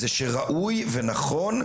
זה שראוי ונכון,